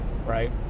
Right